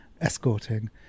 escorting